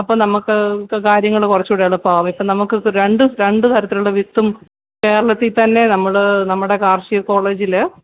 അപ്പോള് നമുക്ക് ഇപ്പോള് കാര്യങ്ങള് കുറച്ചുകൂടെ എളുപ്പമാകും ഇപ്പം നമുക്കിപ്പോള് രണ്ട് രണ്ട് തരത്തിലുള്ള വിത്തും കേരളത്തില്ത്തന്നെ നമ്മള് നമ്മുടെ കാർഷിക കോളേജില്